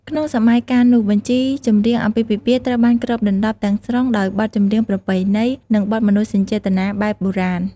ក្នុងសម័យកាលនេះ បញ្ជីចម្រៀងអាពាហ៍ពិពាហ៍ត្រូវបានគ្របដណ្ដប់ទាំងស្រុងដោយបទចម្រៀងប្រពៃណី និងបទមនោសញ្ចេតនាបែបបុរាណ។